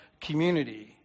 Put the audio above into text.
community